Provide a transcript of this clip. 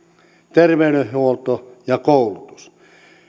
terveydenhuolto ja koulutus